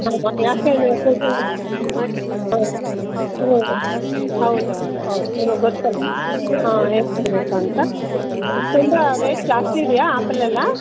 ಯಾಕೆ ಅಂದರೆ ಪೂಜೆ ಹಾಂ ಹ್ಞೂ ಹೌದು ಹೌದು ಹೌದ್ ನಿಮಗೆ ಗೊತ್ತಲ್ಲ ಹಾಂ ಇರಬೇಕು ಅಂತ ತುಂಬ ರೇಟ್ ಜಾಸ್ತಿ ಇದೆಯಾ ಆ್ಯಪಲ್ ಎಲ್ಲ